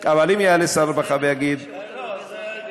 אבל אם יעלה שר הרווחה ויגיד: לא רוצה,